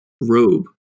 robe